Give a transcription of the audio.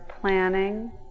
planning